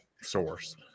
source